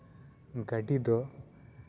ᱜᱟᱹᱰᱤ ᱫᱚ